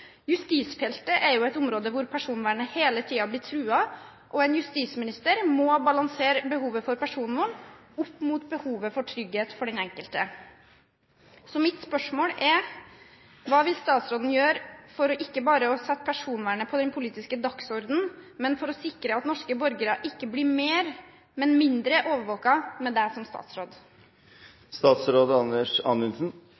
Justisfeltet er jo et område hvor personvernet hele tiden blir truet, og en justisminister må balansere behovet for personvern opp mot behovet for trygghet for den enkelte. Så mitt spørsmål er: Hva vil statsråden gjøre for ikke bare å sette personvernet på den politiske dagsordenen, men også for å sikre at norske borgere ikke blir mer, men mindre overvåket? Dette er